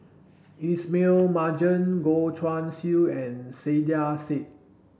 Ismail Marjan Goh Guan Siew and Saiedah Said